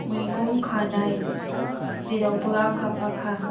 मैगं खानाय जेरावबो आखा फाखा